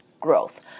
growth